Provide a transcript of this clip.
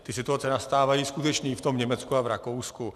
Ty situace nastávají skutečně i v tom Německu a Rakousku.